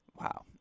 wow